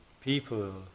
people